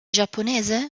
giapponese